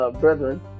brethren